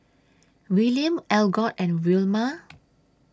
William Algot and Wilma